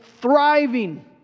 thriving